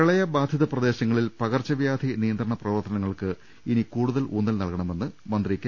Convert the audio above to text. പ്രളയബാധിത പ്രദേശങ്ങളിൽ പകർച്ചവ്യാധി നിയന്ത്രണ പ്രവർത്തനങ്ങൾക്ക് ഇനി കൂടുതൽ ഊന്നൽ നൽകണമെന്ന് മന്ത്രി കെ